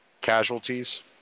casualties